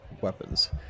weapons